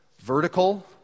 vertical